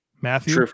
Matthew